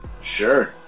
Sure